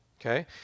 okay